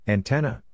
Antenna